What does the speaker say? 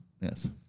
Yes